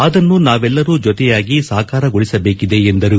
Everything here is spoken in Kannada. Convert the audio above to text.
ಅದನ್ನು ನಾವೆಲ್ಲರೂ ಜೊತೆಯಾಗಿ ಸಾಕಾರಗೊಳಿಸಬೇಕಿದೆ ಎಂದರು